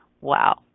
Wow